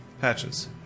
Patches